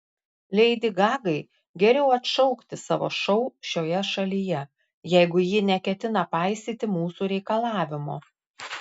leidi gagai geriau atšaukti savo šou šioje šalyje jeigu ji neketina paisyti mūsų reikalavimo